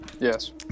Yes